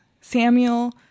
Samuel